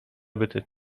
byty